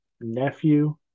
nephew